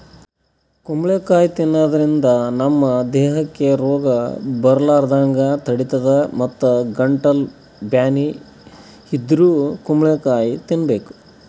ಕುಂಬಳಕಾಯಿ ತಿನ್ನಾದ್ರಿನ್ದ ನಮ್ ದೇಹಕ್ಕ್ ರೋಗ್ ಬರಲಾರದಂಗ್ ತಡಿತದ್ ಮತ್ತ್ ಗಂಟಲ್ ಬ್ಯಾನಿ ಇದ್ದೋರ್ ಕುಂಬಳಕಾಯಿ ತಿನ್ಬೇಕ್